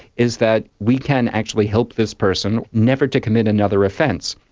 is that we can actually help this person never to commit another offence.